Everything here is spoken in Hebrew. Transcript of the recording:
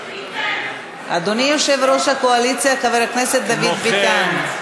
אדוני יושב-ראש הקואליציה חבר הכנסת דוד ביטן,